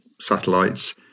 satellites